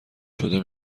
شده